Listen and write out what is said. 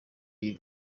iyi